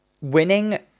winning